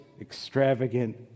extravagant